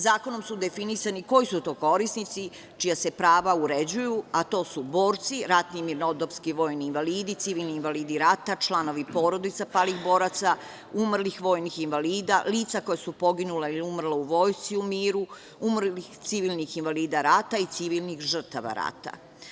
Zakonom su definisani koji su to korisnici čija se prava uređuju, a to su borci, ratni mirnodopski vojni invalidi, civilni invalidi rata, članovi porodica palih boraca, umrlih vojnih invalida, lica koja su poginula ili umrla u vojsci i u miru, umrlih civilnih invalida rata i civilnih žrtava rata.